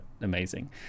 amazing